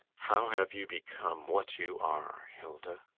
how have you become what you are, hilda?